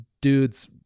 dude's